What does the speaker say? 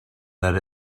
that